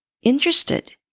interested